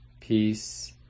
peace